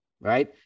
right